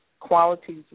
Qualities